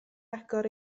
agor